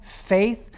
faith